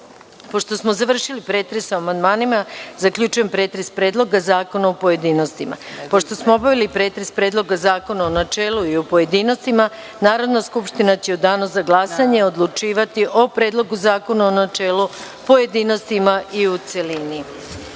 smo završili pretres po amandmanima, zaključujem pretres Predloga zakona u pojedinostima. Pošto smo obavili pretres Predloga zakona u načelu i u pojedinostima, Narodna skupština će u Danu za glasanje odlučivati o Predlogu zakona u načelu, pojedinostima i u